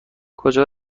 کجا